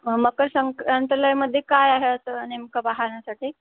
मकर संक्रांंतलयमध्ये काय आहे असं नेमकं पाहण्यासाठी